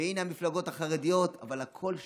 והינה המפלגות החרדיות אבל הכול שקט.